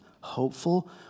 hopeful